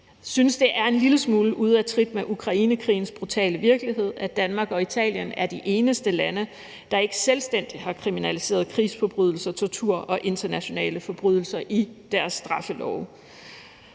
synes, det er en lille smule ude af trit med Ukrainekrigens brutale virkelighed, at Danmark og Italien er de eneste lande, der ikke selvstændigt har kriminaliseret krigsforbrydelser, tortur og internationale forbrydelser i deres straffelove.